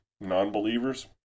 Non-believers